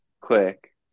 quick